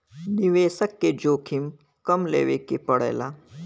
निवेसक के जोखिम कम लेवे के पड़ेला